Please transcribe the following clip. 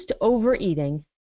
overeating